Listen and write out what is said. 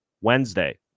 Wednesday